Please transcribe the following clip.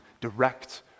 direct